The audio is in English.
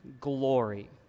glory